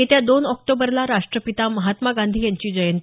येत्या दोन ऑक्टोबरला राष्ट्रपिता महात्मा गांधी यांची जयंती